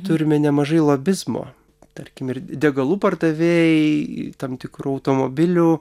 turime nemažai lobizmo tarkim ir degalų pardavėjai tam tikrų automobilių